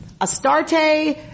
Astarte